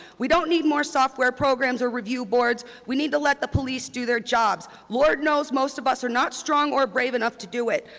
we don't need more software programs or review boards, we need to let the police do their jobs. lord knows most of us are strong or brave enough to do it.